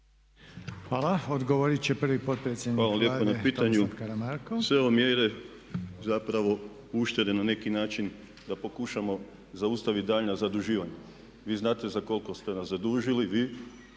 Hvala. Odgovorit će prvi potpredsjednik Vlade. **Karamarko, Tomislav (HDZ)** Hvala lijepo na pitanju. Sve ove mjere uštede zapravo su na neki način da pokušamo zaustaviti daljnja zaduživanja. Vi znate za koliko ste nas zadužili vi